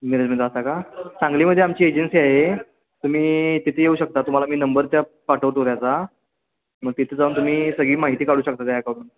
मिरजमध्ये राहता का सांगलीमध्ये आमची एजन्सी आहे तुम्ही तिथे येऊ शकता तुम्हाला मी नंबर त्या पाठवतो त्याचा मग तिथे जाऊन तुम्ही सगळी माहिती काढू शकता त्याच्याकडून